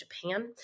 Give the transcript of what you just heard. Japan